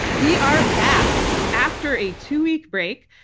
we are back after a two-week break.